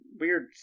weird